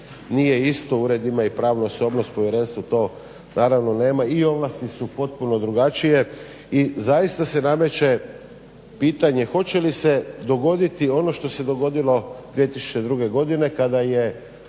nije isto. Ured ima i pravnu osobnost. Povjerenstvo to naravno nema i ovlasti su potpuno drugačije. I zaista se nameće pitanje hoće li se dogoditi ono što se dogodilo 2002. godine kada je